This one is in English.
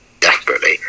Desperately